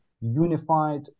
unified